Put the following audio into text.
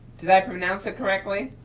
did i pronounce it correctly?